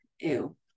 Ew